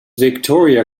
victoria